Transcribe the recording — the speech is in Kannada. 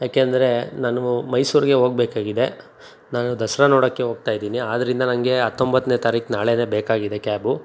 ಯಾಕೆಂದ್ರೆ ನಾನು ಮೈಸೂರಿಗೆ ಹೋಗ್ಬೇಕಾಗಿದೆ ನಾನು ದಸರಾ ನೋಡೋಕ್ಕೆ ಹೋಗ್ತಾಯಿದ್ದೀನಿ ಆದ್ರಿಂದ ನನಗೆ ಹತ್ತೊಂಬತ್ನೇ ತಾರೀಕು ನಾಳೆಯೇ ಬೇಕಾಗಿದೆ ಕ್ಯಾಬು